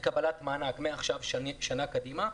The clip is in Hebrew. לקבלת מענק מעכשיו, שנה קדימה.